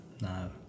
no